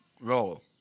role